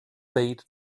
bade